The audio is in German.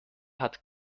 hat